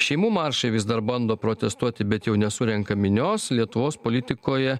šeimų maršai vis dar bando protestuoti bet jau nesurenka minios lietuvos politikoje